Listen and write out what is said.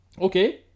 Okay